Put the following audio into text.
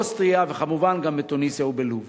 באוסטריה, וכמובן גם בתוניסיה ובלוב.